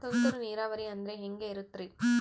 ತುಂತುರು ನೇರಾವರಿ ಅಂದ್ರೆ ಹೆಂಗೆ ಇರುತ್ತರಿ?